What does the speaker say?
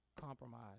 compromise